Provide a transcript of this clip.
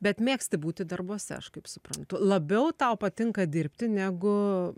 bet mėgsti būti darbuose aš kaip suprantu labiau tau patinka dirbti negu